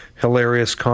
hilarious